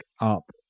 up